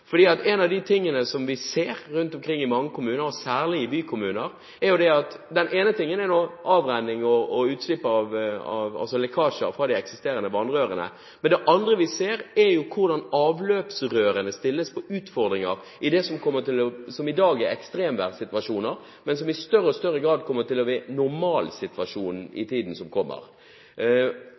vi ser rundt omkring i mange kommuner, og særlig i bykommuner, er hvordan avløpsrørene byr på utfordringer i det som i dag er ekstremværsituasjoner, men som i større og større grad kommer til å bli normalsituasjonen i tiden som kommer – normalsituasjon i